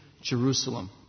Jerusalem